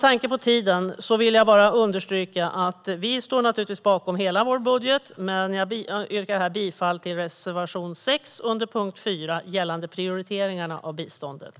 Jag vill understryka att vi naturligtvis står bakom hela vår budget, men jag yrkar bifall till reservation 6 under punkt 4 gällande prioriteringarna av biståndet.